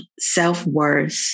self-worth